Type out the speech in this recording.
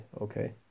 okay